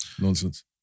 Nonsense